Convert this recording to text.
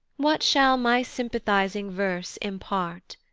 what shall my sympathizing verse impart?